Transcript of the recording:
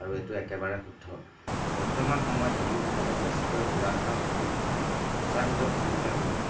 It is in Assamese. আৰু এইটো একেবাৰে শুদ্ধ বৰ্তমান সময়ত শিশুসকলক বেছিকৈ খেলা ধূলাৰ প্ৰতি উৎসাহিত কৰিবলৈ হ'লে